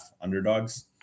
underdogs